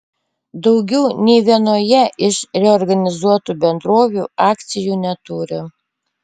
daugiau nė vienoje iš reorganizuotų bendrovių akcijų neturi